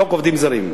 חוק עובדים זרים,